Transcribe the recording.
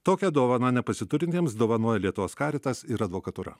tokią dovaną nepasiturintiems dovanoja lietuvos karitas ir advokatūra